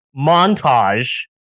montage